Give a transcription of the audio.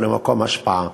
או למקום השפעה.